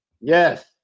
Yes